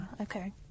okay